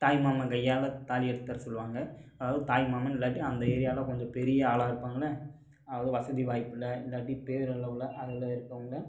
தாய்மாமன் கையால் தாலி எடுத்து தர சொல்லுவாங்க அதாவது தாய்மாமன் இல்லாட்டி அந்த ஏரியாவில் கொஞ்சம் பெரிய ஆளாக இருப்பாங்கள்லே அதாவது வசதி வாய்ப்பில் இல்லாட்டி பேரளவில் அதில் இருக்குறவங்க